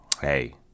Hey